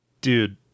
Dude